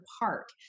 park